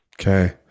Okay